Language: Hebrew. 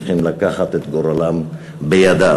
צריכים לקחת את גורלם בידם.